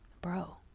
bro